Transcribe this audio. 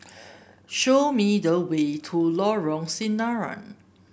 show me the way to Lorong Sinaran